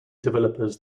developers